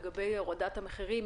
לגבי הורדת המחירים?